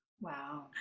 Wow